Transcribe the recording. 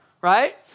Right